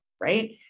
right